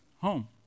home